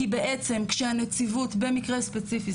כי בעצם כשהנציבות במקרה הספציפי,